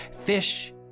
fish